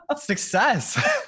Success